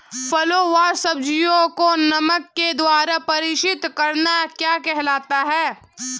फलों व सब्जियों को नमक के द्वारा परीक्षित करना क्या कहलाता है?